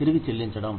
తిరిగి చెల్లించడం